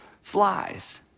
flies